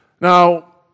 Now